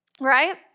right